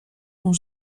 n’ont